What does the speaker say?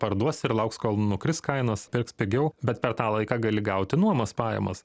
parduos ir lauks kol nukris kainos pirks pigiau bet per tą laiką gali gauti nuomos pajamas